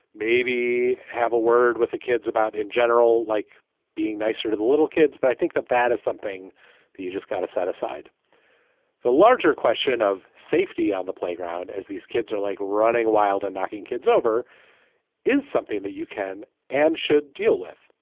maybe have a word with the kids about in general like being nicer to the little kids. but i think that that is something you just got to set aside the larger question of safety on the playground as these kids are like running wild and knocking kids over is something that you can and should deal with.